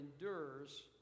endures